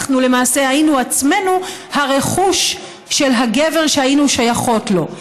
אנחנו למעשה היינו עצמנו הרכוש של הגבר שהיינו שייכות לו,